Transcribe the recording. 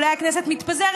אולי הכנסת מתפזרת,